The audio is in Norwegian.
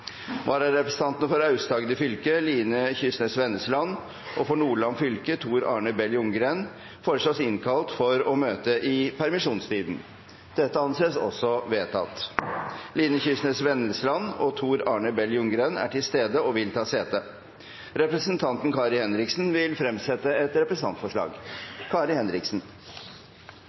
innkalles for å møte i permisjonstiden: For Aust-Agder fylke: Line Kysnes VenneslandFor Nordland fylke: Tor Arne Bell Ljunggren Line Kysnes Vennesland og Tor Arne Bell Ljunggren er til stede og vil ta sete. Representanten Kari Henriksen vil fremsette et representantforslag.